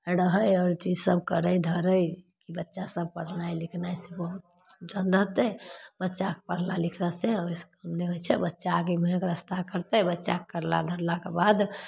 रहै आओर ईसब करै धरै बच्चासभ पढ़नाइ लिखनाइ से बहुत ईसब रहतै बच्चाकेँ पढ़नाइ दिस रहतै आओर ई से नहि होइ छै बच्चा आगे मुँहेके रस्ता करतै बच्चा करला धरलाके बाद